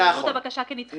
רואים את הבקשה כנדחתה,